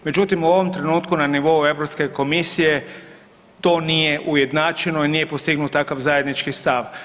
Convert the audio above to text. Međutim, u ovom trenutku na nivou Europske komisije to nije ujednačeno i nije postignut takav zajednički stav.